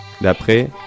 d'après